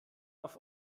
auf